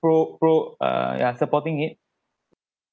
pro pro uh ya supporting it